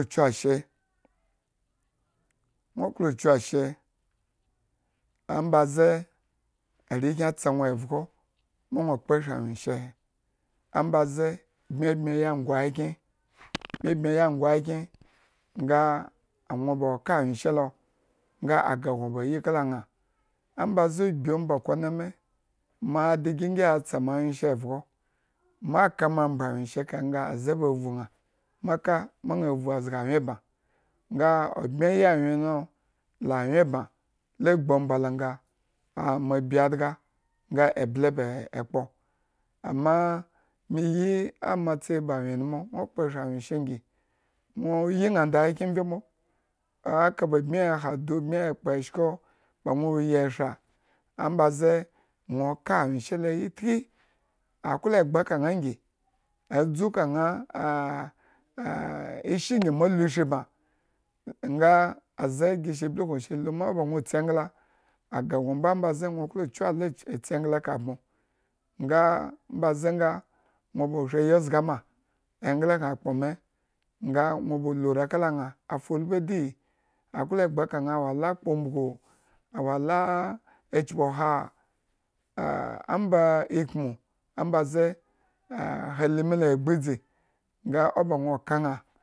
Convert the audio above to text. Kyu ashe, nwo klo kyu ashe amba ze arekyen atsa nwo evgo ma nwo kpo eshra anwyeshehe, ambaze bmi bmyeyin ango kikyen, bmi bmyeyi ango akyen ngo nwo ba ka anwyeshelo nga aga gno ba yi kala ñaa, ambaze ogbi omba konemi, ma digima mbre anwyeshe kahe nga aze ba vu ñaa, ma ka aña vu zga anwyen gna, nga obmyeyi anwyenlo la anwyen bma, la gbu omba lo nga a mo bi adga nga ebla ba ekpo, ammaa me yi amatseyi ba anwyenmo nwo kpo eshra anwyenshe ngi nwo yi ñaa ondakikyen mvye mbo. Eka ba bmi hadu ekpo shko ba nwo oyi eshra, ambaze nwo ka anwyeshe tki. aklo egba ka ñaa ngi adzu ka ñaa a ishri nyi mo lu eshri bma nga aze gi sa blukun sa luma o banwo tsi engla. aga gno mba ombaze nwo klo kyu ala tsi engla eka bmo. nga ombaze nga. nwosii ayi ozgama engla gna kpo mee nga nwo ba lura kala ñaa, awo ala kpo umbugu, awo la a chpi oha, a amba ikumu ombaze a hali mii lo la gbu idzi nga o ba nwo ka ñaa